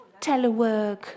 telework